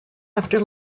after